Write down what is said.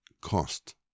cost